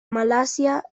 malasia